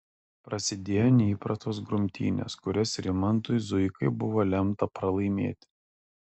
prasidėjo neįprastos grumtynės kurias rimantui zuikai buvo lemta pralaimėti